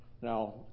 Now